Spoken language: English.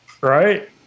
Right